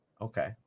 okay